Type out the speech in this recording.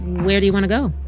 where do you want to go?